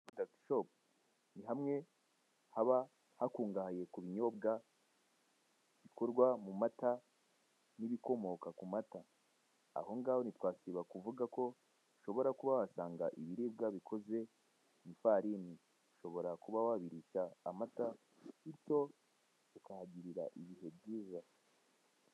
Dark shop ni hamwe haba hakungahaye ku binyobwa bikorwa mu mata n'ibikomoka ku mata, aho ngaho ntitwasiba kuvuga ko ushobora kuba wasanga ibiribwa bikoze mu ifarini ushobora kuba wabirisha amata bityo ukahagirira ibihe byiza.